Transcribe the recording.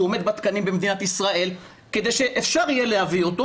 שהוא עומד בתקנים במדינת ישראל כדי שאפשר יהיה להביא אותו